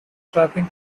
trapping